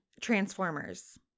Transformers